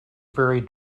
very